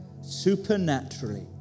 supernaturally